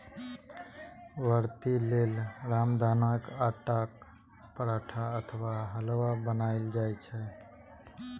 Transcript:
व्रती लेल रामदानाक आटाक पराठा अथवा हलुआ बनाएल जाइ छै